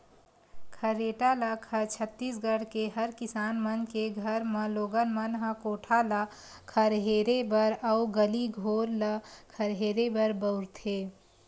खरेटा ल छत्तीसगढ़ के हर किसान मन के घर म लोगन मन ह कोठा ल खरहेरे बर अउ गली घोर ल खरहेरे बर बउरथे